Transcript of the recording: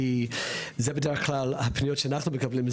כי זה בדרך כלל הפניות שאנחנו מקבלים,